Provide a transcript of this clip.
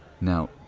Now